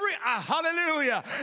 hallelujah